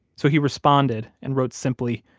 so he responded and wrote simply,